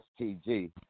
STG